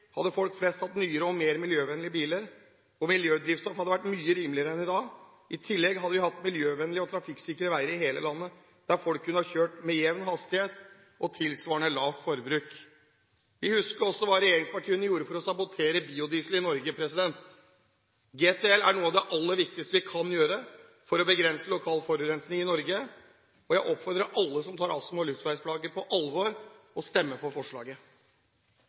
hadde folk flest hatt nyere og mer miljøvennlige biler, og miljødrivstoff hadde vært mye rimeligere enn i dag. I tillegg hadde vi hatt miljøvennlige og trafikksikre veier i hele landet, der folk kunne ha kjørt med jevn hastighet og med tilsvarende lavt forbruk. Vi husker også hva regjeringspartiene gjorde for å sabotere biodiesel i Norge. Å frita GTL fra mineraloljeavgift er noe av det aller viktigste vi kan gjøre for å begrense lokal forurensning i Norge. Jeg oppfordrer alle som tar astma- og luftveisplager på alvor, til å stemme for forslaget.